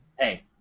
Hey